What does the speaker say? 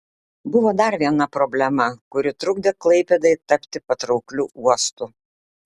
buvo dar viena problema kuri trukdė klaipėdai tapti patraukliu uostu